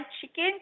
chicken